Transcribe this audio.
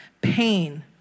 pain